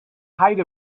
height